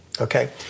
okay